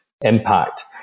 impact